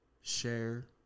Share